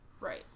Right